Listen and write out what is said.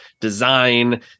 design